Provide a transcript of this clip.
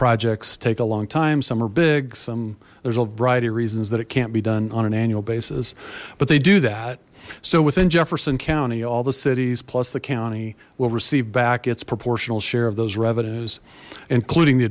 projects take a long time some are big some there's a variety reasons that it can't be done on an annual basis but they do that so with in jefferson county all the cities plus the county will receive back it's proportional share of those revenues including the